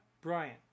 Bryant